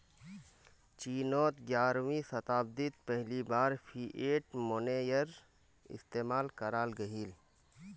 चिनोत ग्यारहवीं शाताब्दित पहली बार फ़िएट मोनेय्र इस्तेमाल कराल गहिल